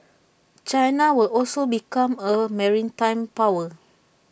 China will also become A maritime power